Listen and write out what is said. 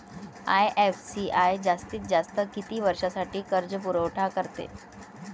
IFCI जास्तीत जास्त किती वर्षासाठी कर्जपुरवठा करते?